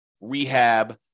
rehab